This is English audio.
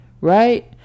right